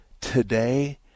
Today